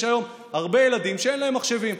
יש היום הרבה ילדים שאין להם מחשבים,